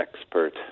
expert